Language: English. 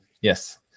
yes